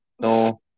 no